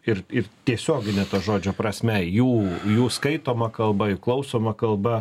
ir ir tiesiogine to žodžio prasme jų jų skaitoma kalba jų klausoma kalba